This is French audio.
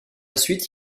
suite